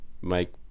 mike